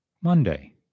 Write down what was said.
Monday